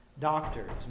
doctors